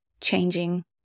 changing